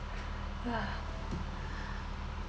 ya